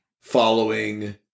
following